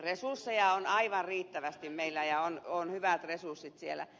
resursseja on aivan riittävästi meillä ja on hyvät resurssit siellä